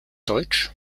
deutsch